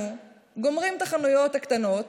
אנחנו גומרים את החנויות הקטנות